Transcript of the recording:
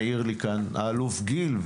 מעיר לי כאן האלוף גיל,